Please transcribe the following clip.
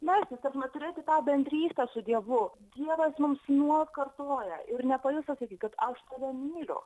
melstis kad na turėti tą bendrystę su dievu dievas mums nuolat kartoja ir nepaliks atsakys kad aš tave myliu